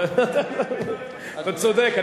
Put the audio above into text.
אתה צודק.